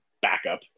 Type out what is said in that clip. backup